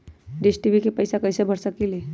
Dish TV के पैईसा कईसे भर सकली?